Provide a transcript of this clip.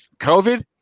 COVID